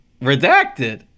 Redacted